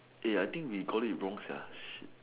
ya I think we called wrong sia shit